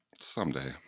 Someday